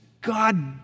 God